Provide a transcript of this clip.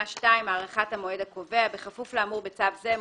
הארכת המועד הקובע בכפוף לאמור בצו זה,